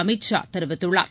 அமீத் ஷா தெரிவித்துள்ளார்